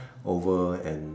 over and